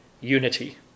unity